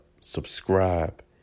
subscribe